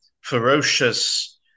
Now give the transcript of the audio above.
ferocious